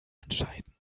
entscheidend